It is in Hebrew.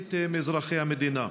כחמישית מאזרחי המדינה.